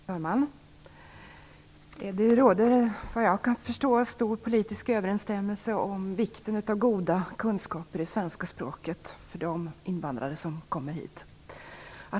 Fru talman! Det råder såvitt jag kan förstå en stor politisk samstämmighet om vikten av goda kunskaper i svenska språket för de invandrare som kommer hit.